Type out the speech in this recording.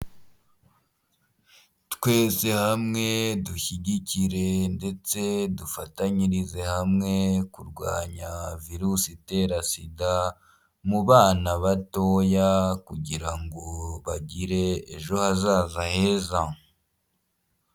Twese hamwe dushyigikire ndetse dufatanyirize hamwe kurwanya virusi itera sida mu bana batoya, kugira ngo bagire ejo hazaza heza.